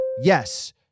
yes